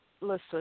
listen